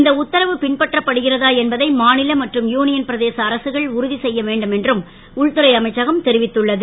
இந்த உத்தரவு பின்பற்றப்படுகிறதா என்பதை மாநில மற்றும் யூனியன் பிரதேச அரசுகள் உறுதி செய்ய வேண்டும் என்றும் உள்துறை அமைச்சகம் தெரிவித்துள்ளது